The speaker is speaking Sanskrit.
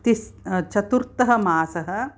तिस् चतुर्थः मासः